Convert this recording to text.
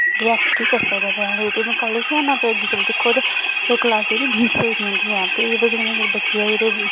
केह् आखी केह् करी सकदे फिर अस लेट कॉलेज जाना फिर दिक्खो ते साढ़ी क्लॉस जेह्ड़ी मिस होई दी होंदी ऐ ओह्दी बजह् कन्नै बच्चे ऐ जेह्ड़े ऐ